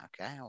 Okay